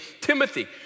Timothy